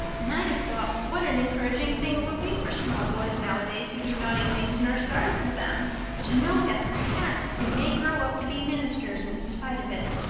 and i'd have thought what an encouraging thing it would be for small boys nowadays who do naughty things and are sorry for them to know that perhaps they may grow up to be ministers in spite of it.